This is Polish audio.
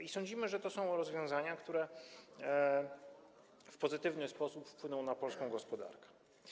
I sądzimy, że to są rozwiązania, które w pozytywny sposób wpłyną na polską gospodarkę.